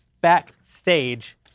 backstage